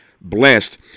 blessed